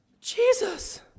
Jesus